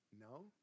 No